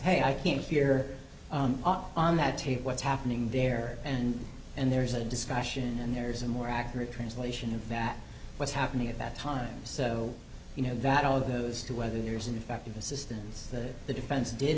hey i can't hear on that tape what's happening there and and there's a discussion and there's a more accurate translation of that what's happening at that time so you know that all of those two whether there's ineffective assistance that the defense did